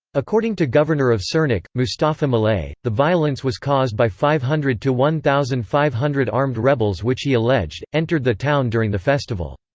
according to governor of sirnak, mustafa malay, the violence was caused by five hundred to one thousand five hundred armed rebels which he alleged, entered the town during the festival.